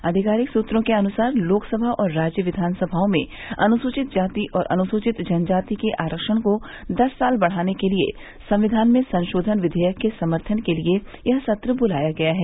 आधिकारिक सुत्रों के अनुसार लोकसभा और राज्य विधानसभाओं में अनुसुचित जाति और अनुसुचित जन जाति के आरक्षण को दस साल बढ़ाने के लिए संविधान में संशोधन विषेयक के समर्थन के लिए यह सत्र बुलाया गया है